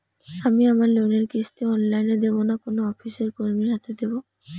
আমি আমার লোনের কিস্তি অনলাইন দেবো না কোনো অফিসের কর্মীর হাতে দেবো?